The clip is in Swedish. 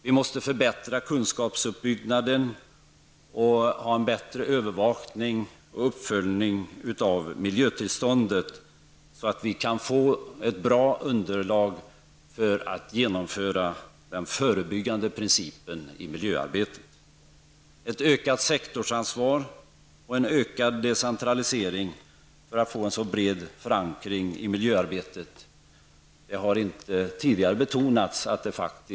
Vi måste förbättra kunskapsuppbyggnaden och ha en bättre övervakning och uppföljning av miljötillståndet, så att vi kan få ett bra underlag för att genomföra den förebyggande principen i miljöarbetet, ett ökat sektorsansvar och en ökad decentralisering för att få en så bred förankring av miljöarbetet som möjligt.